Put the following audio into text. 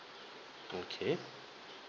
okay